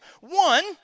One